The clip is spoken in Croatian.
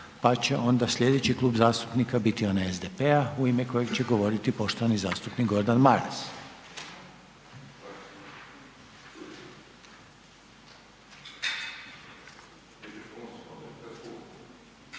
(HDZ)** Sljedeći Klub zastupnika je onaj MOST-a u ime kojeg će govoriti poštovani zastupnik Miro Bulj.